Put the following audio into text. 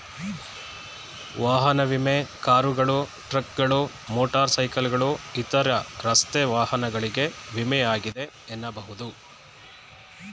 ವಾಹನ ವಿಮೆ ಕಾರುಗಳು, ಟ್ರಕ್ಗಳು, ಮೋಟರ್ ಸೈಕಲ್ಗಳು ಇತರ ರಸ್ತೆ ವಾಹನಗಳಿಗೆ ವಿಮೆ ಆಗಿದೆ ಎನ್ನಬಹುದು